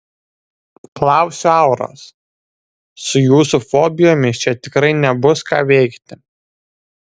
klausiu auros su jūsų fobijomis čia tikrai nebus ką veikti